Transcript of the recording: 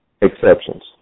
exceptions